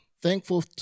thankful